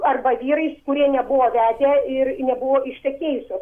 arba vyrais kurie nebuvo vedę ir nebuvo ištekėjusios